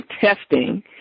testing